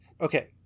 okay